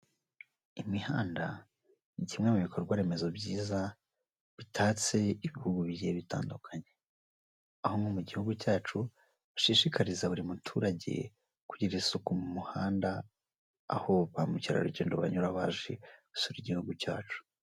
Imihanda ni kimwe mu bikorwa remezo byiza bitatse ibihugu bigiye bitandukanye, aho nko mu gihugu cyacu bashishikariza buri muturage kugira kugira isuku mu muhanda, aho ba mukerarugendo banyura baje gusura igihugu cyacu.